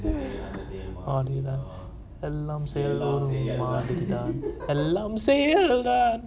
மாதிரி தான் எல்லாம் செயல் மாதிரி தான் எல்லாம் செயல் தான்:maathiri thaan ellam seiyal maathiri than ellam seiyal thaan